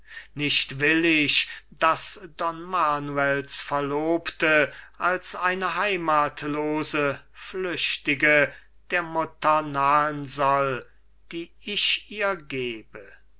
nicht will ich daß don manuels verlobte als eine heimathlose flüchtige der mutter nahen soll die ich ihr gebe